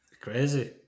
Crazy